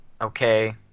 Okay